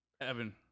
Evan